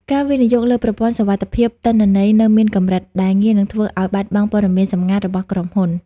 ការវិនិយោគលើប្រព័ន្ធសុវត្ថិភាពទិន្នន័យនៅមានកម្រិត ដែលងាយនឹងធ្វើឱ្យបាត់បង់ព័ត៌មានសម្ងាត់របស់ក្រុមហ៊ុន។